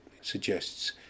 suggests